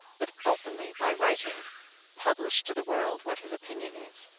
but openly by writing publish to the world what his opinion is,